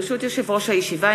ברשות יושב-ראש הישיבה,